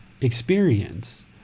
experience